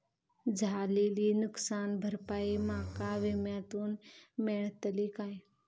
झालेली नुकसान भरपाई माका विम्यातून मेळतली काय?